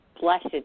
blessed